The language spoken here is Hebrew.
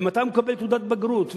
ומתי הוא מקבל תעודת בגרות,